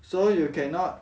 so you cannot